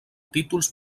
títols